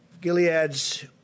Gilead's